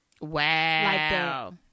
Wow